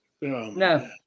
No